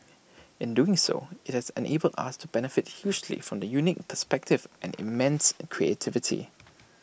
in doing so IT has enabled us to benefit hugely from the unique perspectives and immense creativity